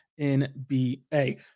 NBA